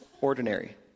ordinary